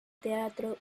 teatro